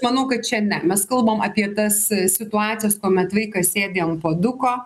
manau kad čia ne mes kalbam apie tas situacijas kuomet vaikas sėdi ant puoduko